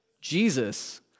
Jesus